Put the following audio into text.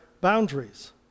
boundaries